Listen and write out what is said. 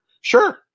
Sure